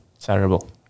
terrible